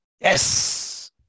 Yes